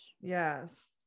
Yes